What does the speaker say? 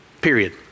Period